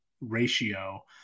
ratio